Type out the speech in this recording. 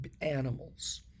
animals